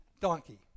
donkey